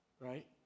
right